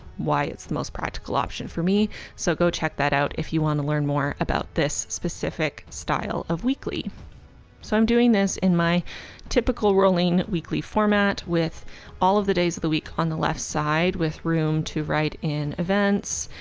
why it's the most practical option for me so go check that out if you want to learn more about this specific style of weekly so i'm doing this in my typical rolling weekly format with all of the days of the week on the left side with room to write in events,